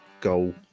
goal